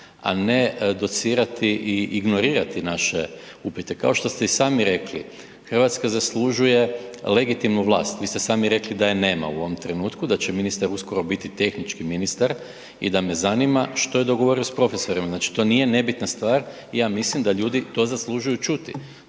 a ne docirati i ignorirati naše upite. Kao što ste i sami rekli, Hrvatska zaslužuje legitimnu vlast, vi ste sami rekli da je nema u ovom trenutku da će ministar uskoro biti tehnički ministar i da me zanima što je dogovorio s profesorima. Znači to nije nebitna stvar i ja mislim da ljudi to zaslužuju čuti.